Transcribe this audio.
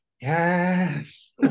yes